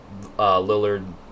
Lillard